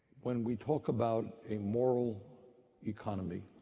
when we talk about a moral economy,